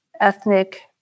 ethnic